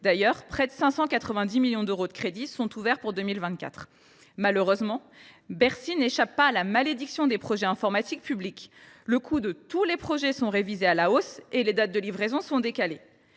D’ailleurs, près de 590 millions d’euros de crédits sont ouverts à ce titre pour 2024. Malheureusement, Bercy n’échappe pas à la malédiction des projets informatiques publics. Les coûts de tous les projets sont révisés à la hausse et les dates de livraison sont décalées.